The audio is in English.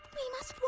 we must